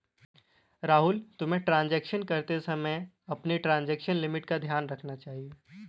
राहुल, तुम्हें ट्रांजेक्शन करते समय अपनी ट्रांजेक्शन लिमिट का ध्यान रखना चाहिए